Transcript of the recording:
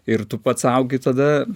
ir tu pats augi tada